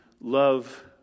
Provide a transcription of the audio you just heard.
love